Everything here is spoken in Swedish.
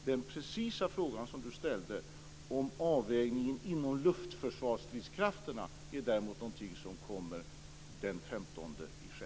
Den precisa frågan som du ställde, om avvägningen inom luftförsvarsstridskrafterna, är däremot någonting som kommer den 15 juni.